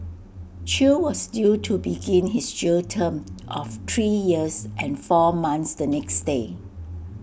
chew was due to begin his jail term of three years and four months the next day